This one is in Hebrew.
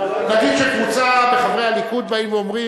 נגיד שקבוצה מחברי הליכוד באים ואומרים,